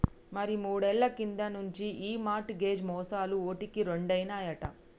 మరి మూడేళ్ల కింది నుంచి ఈ మార్ట్ గేజ్ మోసాలు ఓటికి రెండైనాయట